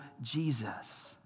Jesus